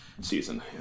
season